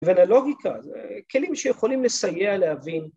‫ובין הלוגיקה, ‫זה כלים שיכולים לסייע, להבין.